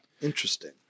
Interesting